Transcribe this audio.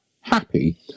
Happy